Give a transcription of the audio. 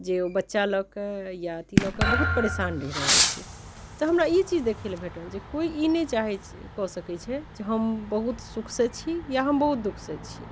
जे ओ बच्चा लऽ कऽ या अथी लऽ कऽ बहुत परेशान रहि रहल छै तऽ हमरा ई चीज देखय लेल भेटल जे कोइ ई नहि चाहैत कऽ सकैत छै कि हम बहुत सुखसँ छी या हम बहुत दुःखसँ छी